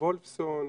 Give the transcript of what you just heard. וולפסון,